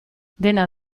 dena